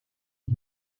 yıl